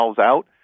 out